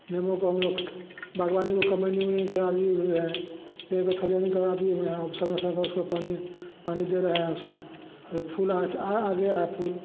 नीबू को हम लोग बागवानी को करने में भी कड़ाई हुई है पेड़ पे अब समय समय पर उसको पानी पानी दे रहे हैं उसमें और फूल आ गया है फूल